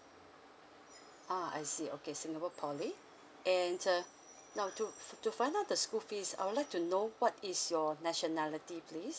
ah I see okay singapore poly and uh now to to find out the school fees I would like to know what is your nationality please